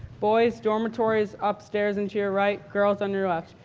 boys dormitories upstairs and to your right, girls on your left.